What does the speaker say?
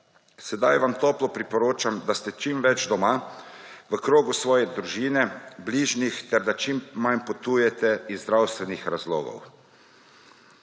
Sedaj vam toplo priporočam, da ste čim več doma v krogu svoje družine, bližnjih ter da čim manj potujete iz zdravstvenih razlogov.